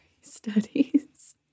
studies